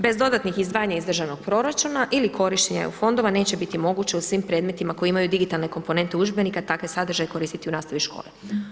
Bez dodatnih izdvajanja iz državnog proračuna ili korištenja EU fondova neće biti moguće u svim predmetima koje imaju digitalne komponente udžbenika takve sadržaje koristiti u nastavi škole.